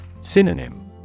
Synonym